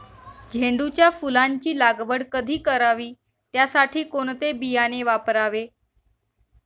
झेंडूच्या फुलांची लागवड कधी करावी? त्यासाठी कोणते बियाणे वापरावे?